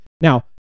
Now